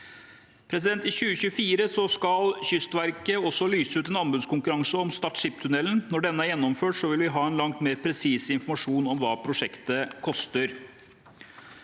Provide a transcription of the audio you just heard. I 2024 skal Kystverket også lyse ut en anbudskonkurranse om Stad skipstunnel. Når denne er gjennomført, vil vi ha langt mer presis informasjon om hva prosjektet koster.